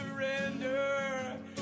surrender